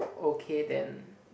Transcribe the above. okay then